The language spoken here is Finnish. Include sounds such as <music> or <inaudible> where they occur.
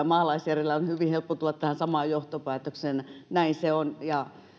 <unintelligible> maalaisjärjellä on hyvin helppo tulla tähän samaan johtopäätökseen näin se on ja